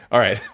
all right.